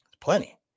Plenty